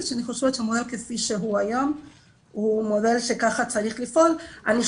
שהמודל כפי שהוא היום הוא מודל שככה צריך לפעול --- ממש לא.